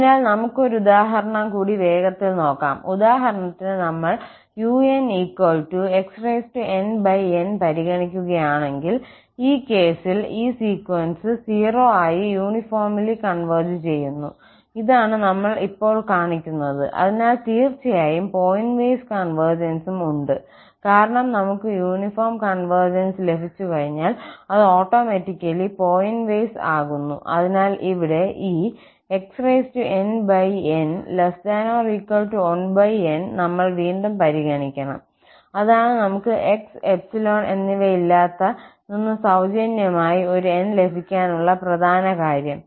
അതിനാൽ നമുക്ക് ഒരു ഉദാഹരണം കൂടി വേഗത്തിൽ നോക്കാം ഉദാഹരണത്തിന് നമ്മൾ 𝑢𝑛 xnn പരിഗണിക്കുകയാണെങ്കിൽ ഈ കേസിൽ ഈ സീക്വൻസ് 0 ആയി യൂണിഫോംലി കോൺവെർജ് ചെയ്യുന്നു ഇതാണ് നമ്മൾ ഇപ്പോൾ കാണിക്കുന്നത് അതിനാൽ തീർച്ചയായും പോയിന്റ് വൈസ് കൺവെർജൻസും ഉണ്ട് കാരണം നമുക്ക് യൂണിഫോം കോൺവെർജ്സ് ലഭിച്ചുകഴിഞ്ഞാൽ അത് ഓട്ടോമാറ്റിക്കലി പോയിന്റ് വൈസ് ആകുന്നു അതിനാൽ ഇവിടെ ഈ xnn1n നമ്മൾ വീണ്ടും പരിഗണിക്കണം അതാണ് നമുക്ക് 𝑥 𝜖 എന്നിവയില്ലാത്ത നിന്ന് സൌജന്യമായി ഒരു 𝑁 ലഭിക്കാനുള്ള പ്രധാന കാര്യം